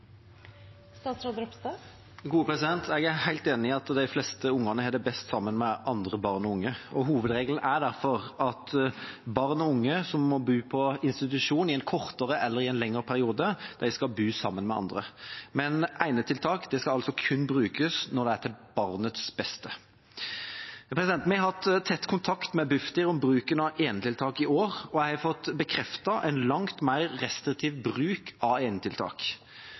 enig i at de fleste barn har det best sammen med andre barn og unge. Hovedregelen er derfor at barn og unge som må bo på institusjon i en kortere eller lengre periode, skal bo sammen med andre. Enetiltak skal altså kun brukes når det er til barnets beste. Vi har hatt tett kontakt med Bufdir om bruken av enetiltak i år, og jeg har fått bekreftet en langt mer restriktiv bruk av enetiltak.